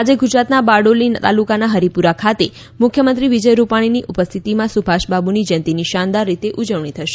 આજે ગુજરાતના બારડોલી તાલુકાના હરિપુરા ખાતે મુખ્યમંત્રી વિજય રૂપ ાણીની ઉપ સ્થિતિમાં સુભાષબાબુની જયંતીની શાનદાર રીતે ઉજવણી થશે